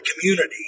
community